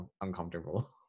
uncomfortable